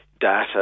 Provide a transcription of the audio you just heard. data